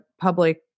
public